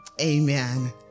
Amen